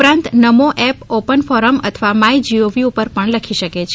ઉપરાંત Namo app open forum અથવા my G O V પર પણ લખી શકે છે